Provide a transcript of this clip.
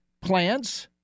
plants